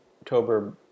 October